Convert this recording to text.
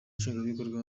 nshingwabikorwa